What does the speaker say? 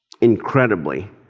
incredibly